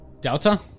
Delta